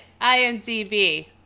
IMDb